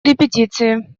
репетиции